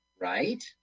right